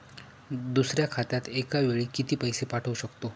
दुसऱ्या खात्यात एका वेळी किती पैसे पाठवू शकतो?